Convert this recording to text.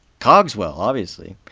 cogswell, obviously.